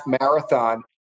marathon